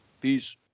Peace